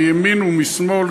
מימין ומשמאל,